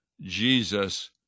Jesus